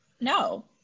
no